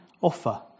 offer